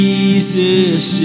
Jesus